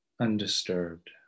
undisturbed